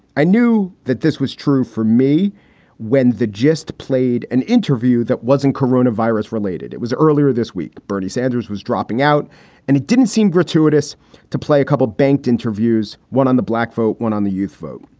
i knew that this was true for me when the gist played an interview that wasn't corona virus related. it was earlier this week bernie sanders was dropping out and it didn't seem gratuitous to play a couple of banked interviews, one on the black vote, one on the youth vote.